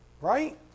right